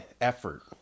effort